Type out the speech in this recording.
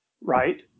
Right